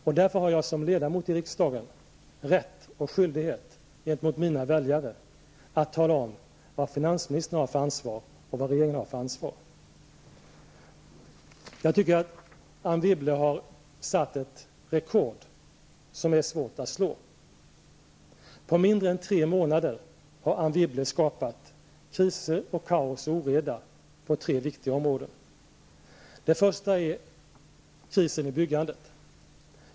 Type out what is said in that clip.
Och därför har jag som ledamot av riksdagen nu rätt -- och skyldighet gentemot mina väljare -- att tala om vad finansministern har för ansvar och vad regeringen har för ansvar. Jag tycker att Anne Wibble har satt ett rekord som är svårt att slå. På mindre än tre månader har Anne Wibble skapat kriser, kaos och oreda på tre viktiga områden. Det första är krisen i byggandet.